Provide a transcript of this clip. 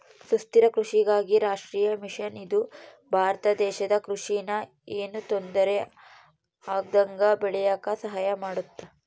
ಸುಸ್ಥಿರ ಕೃಷಿಗಾಗಿ ರಾಷ್ಟ್ರೀಯ ಮಿಷನ್ ಇದು ಭಾರತ ದೇಶದ ಕೃಷಿ ನ ಯೆನು ತೊಂದರೆ ಆಗ್ದಂಗ ಬೇಳಿಯಾಕ ಸಹಾಯ ಮಾಡುತ್ತ